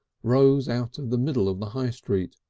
rose out of the middle of the high street,